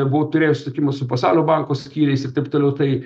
buvau turėjau susitikimus su pasaulio banko skyriais ir taip toliau tai